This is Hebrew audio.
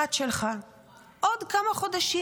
המושחת שלך עוד כמה חודשים.